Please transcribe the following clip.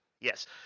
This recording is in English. Yes